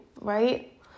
right